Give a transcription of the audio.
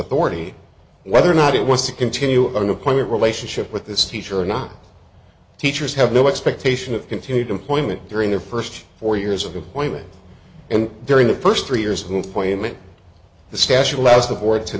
authority whether or not it wants to continue under point a relationship with this teacher or not teachers have no expectation of continued employment during their first four years of employment and during the first three years will point the stache allows the board to